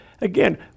again